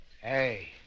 Hey